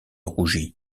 rougit